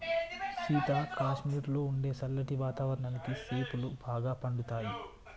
సీత కాశ్మీరులో ఉండే సల్లటి వాతావరణానికి సేపులు బాగా పండుతాయి